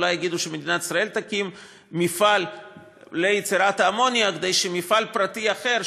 אולי יגידו שמדינת ישראל תקים מפעל ליצירת אמוניה כדי שמפעל פרטי אחר,